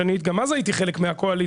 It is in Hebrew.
שאני גם אז הייתי חלק מהקואליציה,